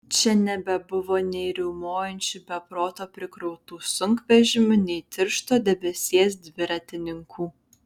čia nebebuvo nei riaumojančių be proto prikrautų sunkvežimių nei tiršto debesies dviratininkų